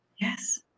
yes